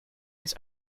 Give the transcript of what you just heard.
his